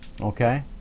Okay